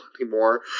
anymore